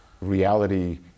Reality